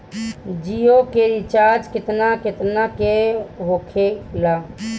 जियो के रिचार्ज केतना केतना के होखे ला?